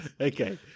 okay